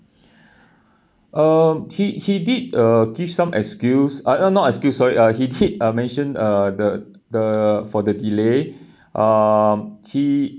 uh he he did uh give some excuse uh not excuse sorry uh he did uh mention uh the the for the delay um he